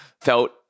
felt